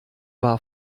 war